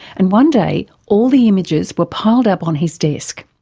and one day all the images were piled up on his desk,